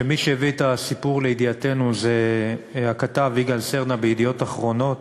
שמי שהביא את הסיפור לידיעתנו זה הכתב יגאל סרנה מ"ידיעות אחרונות",